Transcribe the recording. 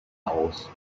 aus